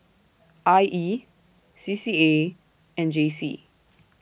I E C C A and J C